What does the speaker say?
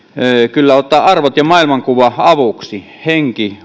kyllä ottaa arvot ja maailmankuva avuksi henki